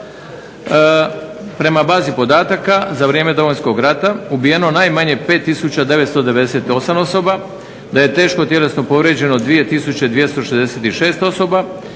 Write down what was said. prema bazi podataka za vrijeme Domovinskog rata ubijeno najmanje 5 tisuća 998 osoba, da je teško tjelesno povrijeđeno 2 tisuće 266 osoba,